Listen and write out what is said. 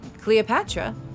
Cleopatra